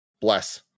Bless